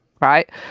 right